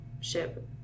ship